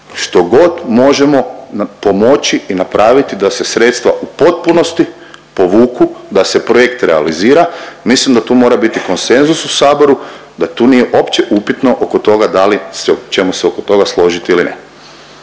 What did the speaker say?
što god možemo pomoći i napraviti da se sredstva u potpunosti povuku, da se projekt realizira, mislim da tu mora bit konsenzus u Saboru, da to nije uopće upitno oko toga da li ćemo se oko toga složiti ili ne.